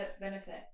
Benefit